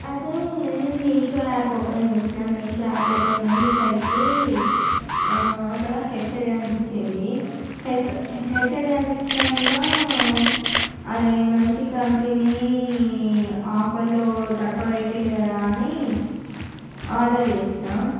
అయితే నేను Meesho app open చేసినా మీషో యాప్ ఓపెన్ చేసేసరికి అక్కడ హెడ్సెట్ కనిపించింది హెడ్సెట్ కనిపించినాక అరే మంచి కంపెనీ ఆఫర్లో తక్కువ పెట్టిండు కదా అని ఆర్డర్ చేసిన